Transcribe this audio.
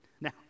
Now